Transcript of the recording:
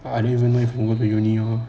ah even if I get in uni